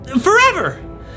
forever